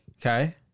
Okay